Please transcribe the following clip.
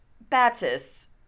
Baptists